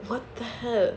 what the hell